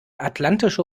atlantische